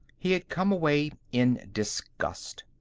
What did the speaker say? he had come away in disgust.